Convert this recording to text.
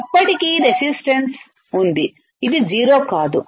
కాబట్టి ఇప్పటికీ రెసిస్టన్స్ ఉంది ఇది 0 కాదు